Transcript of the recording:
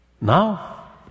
Now